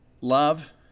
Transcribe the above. Love